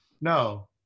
No